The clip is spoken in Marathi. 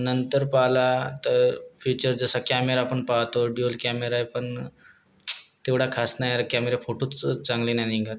नंतर पाहिला तर फीचर्स जसा कॅमेरा आपण पाहतो ड्युअल कॅमेराए पण तेवढा खास नाही यार कॅमेरे फोटोच चांगली नाही निघत